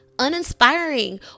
uninspiring